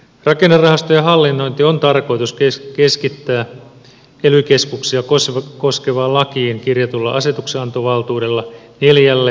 rakennerahastojen hallinnointi on tarkoitus keskittää ely keskuksia koskevaan lakiin kirjatulla asetuksenantovaltuudella neljälle ely keskukselle